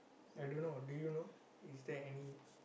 I don't know do you know is there any